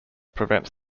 prevents